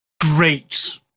great